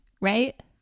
right